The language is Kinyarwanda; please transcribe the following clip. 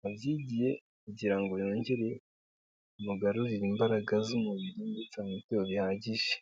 wabyigiye kugira ngo yongere amugarurire imbaraga z'umubiri ndetse amwiteho bihagije.